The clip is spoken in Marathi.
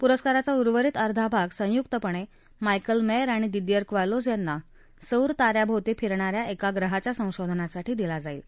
पुरस्काराचा उर्वरित अर्धा भागा संयुक्तपण मायकले मध्त आणि दिदिअर क्वॅलोज यांना सौर ता याभोवती फिरणा या एका ग्रहाच्या संशोधनासाठी दिला जाईल